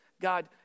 God